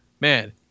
Man